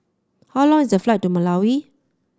how long is the flight to Malawi